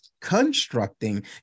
constructing